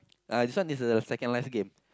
uh this one is the second last game